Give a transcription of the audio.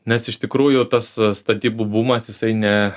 nes iš tikrųjų tas statybų bumas jisai ne